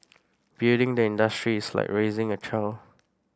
building the industry is like raising a child